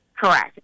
Correct